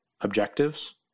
objectives